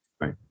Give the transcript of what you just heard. Right